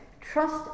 Trust